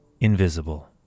invisible